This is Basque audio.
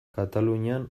katalunian